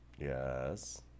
Yes